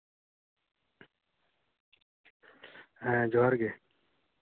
ᱦᱮᱸ ᱡᱚᱦᱟᱨᱜᱮ